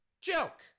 Joke